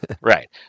right